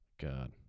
God